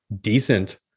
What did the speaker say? decent